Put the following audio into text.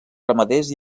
ramaders